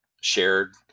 shared